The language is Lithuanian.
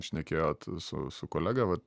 šnekėjot su su kolega va